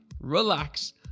relax